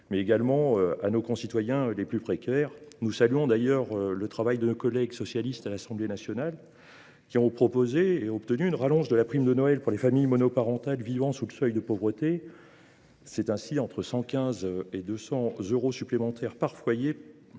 mais également à nos concitoyens les plus précaires. Nous saluons de ce point de vue le travail de nos collègues socialistes de l’Assemblée nationale, qui ont proposé et obtenu une rallonge de la prime de Noël pour les familles monoparentales vivant sous le seuil de pauvreté : ce sont ainsi entre 115 et 200 euros supplémentaires par foyer